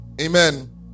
Amen